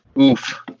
oof